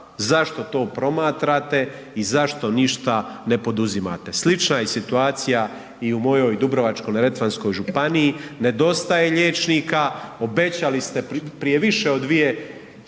Zašto to promatrate i zašto ništa ne poduzimate? Slična je situacija i u mojoj Dubrovačko-neretvanskoj županiji, nedostaje liječnika, obećali ste prije više od dvije